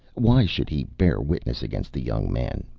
why should he bear witness against the young man?